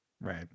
Right